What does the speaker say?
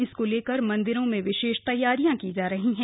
इसको लेकर मन्दिरों में विशेष तैयारियां की जा रही हैं